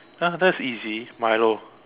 !huh! that's easy Milo